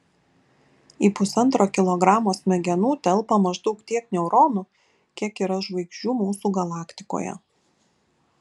į pusantro kilogramo smegenų telpa maždaug tiek neuronų kiek yra žvaigždžių mūsų galaktikoje